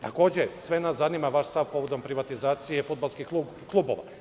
Takođe, sve nas zanima vaš stav povodom privatizacije fudbalskih klubova.